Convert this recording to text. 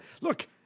look